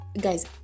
guys